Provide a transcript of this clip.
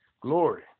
Glory